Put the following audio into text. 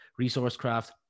Resourcecraft